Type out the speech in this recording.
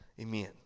Amen